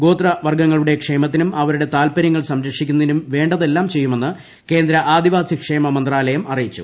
ഗോത്രവർഗ്ഗങ്ങളുടെ ക്ഷേമത്തിനും അവരുടെ താത്പര്യങ്ങൾ സംരക്ഷിക്കുന്നതിനും വേണ്ടതെല്ലാം ചെയ്യുമെന്ന് കേന്ദ്ര ആദിവാസി ക്ഷേമ മന്ത്രാലയം അറിയിച്ചു